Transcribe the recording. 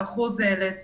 אחוזים